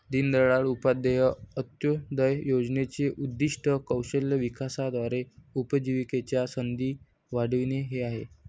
दीनदयाळ उपाध्याय अंत्योदय योजनेचे उद्दीष्ट कौशल्य विकासाद्वारे उपजीविकेच्या संधी वाढविणे हे आहे